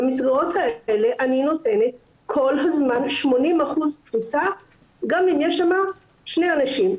במסגרות האלה אני נותנת כל הזמן 80% תפוסה גם אם יש שם שני אנשים.